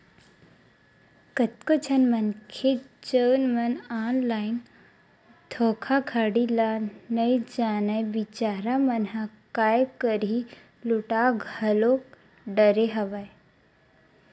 कतको झन मनखे जउन मन ऑनलाइन धोखाघड़ी ल नइ जानय बिचारा मन ह काय करही लूटा घलो डरे हवय